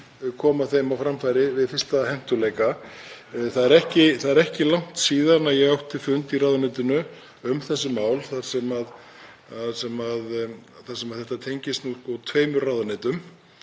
koma þeim á framfæri við fyrstu hentugleika. Það er ekki langt síðan ég átti fund í ráðuneytinu um þessi mál þar sem þetta tengist tveimur ráðuneytum.